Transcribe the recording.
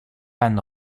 van